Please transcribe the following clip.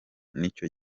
nicyo